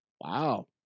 Wow